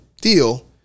deal